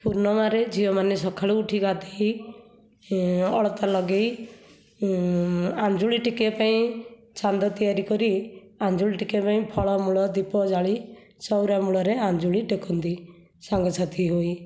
ପୂର୍ଣ୍ଣିମାରେ ଝିଅମାନେ ସଖାଳୁ ଉଠି ଗାଧୋଇ ଅଳତା ଲଗାଇ ଆଞ୍ଜୁଳି ଟେକିବା ପାଇଁ ଚାନ୍ଦ ତିଆରି କରି ଆଞ୍ଜୁଳି ଟେକିବା ପାଇଁ ଫଳମୂଳ ଦୀପ ଜାଳି ଚଉରା ମୂଳରେ ଆଞ୍ଜୁଳି ଟେକନ୍ତି ସାଙ୍ଗସାଥି ହୋଇ